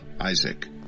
Isaac